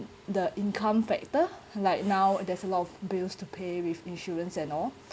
the income factor like now there's a lot of bills to pay with insurance and all